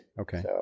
Okay